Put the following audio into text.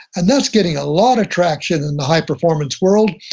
and that's getting a lot of traction in the high performance world,